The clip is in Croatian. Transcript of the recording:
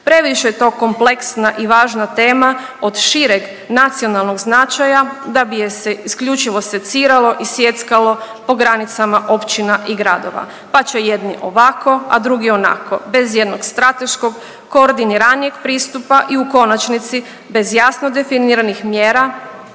Previše je to kompleksna i važna tema od šireg nacionalnog značaja da bi je se isključivo seciralo i sjeckalo po granicama općina i gradova, pa će jedni ovako, a drugi onako, bez ijednog strateškog koordiniranijeg pristupa i u konačnici bez jasno definiranih mjera